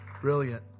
Brilliant